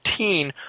14